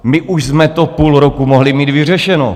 My už jsme to půl roku mohli mít vyřešeno.